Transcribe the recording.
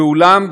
ואולם,